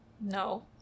No